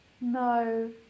No